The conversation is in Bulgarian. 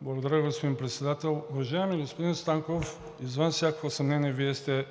Благодаря Ви, господин Председател. Уважаеми господин Станков, извън всякакво съмнение, Вие сте